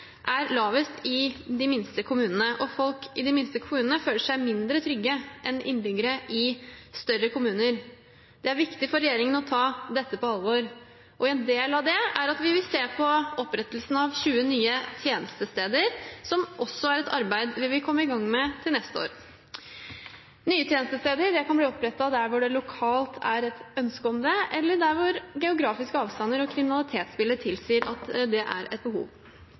er lavest i de minste kommunene, og at folk i de minste kommunene føler seg mindre trygge enn innbyggere i større kommuner. Det er viktig for regjeringen å ta dette på alvor. En del av det er at vi vil se på opprettelsen av 20 nye tjenestesteder, som også er et arbeid vi vil komme i gang med til neste år. Nye tjenestesteder kan bli opprettet der det lokalt er et ønske om det, eller der geografiske avstander eller kriminalitetsbildet tilsier at det er et behov.